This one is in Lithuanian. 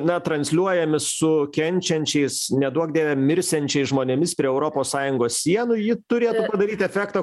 na transliuojami su kenčiančiais neduok dieve mirsiančiais žmonėmis prie europos sąjungos sienų ji turėtų padaryt efektą